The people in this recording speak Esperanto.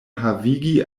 havigi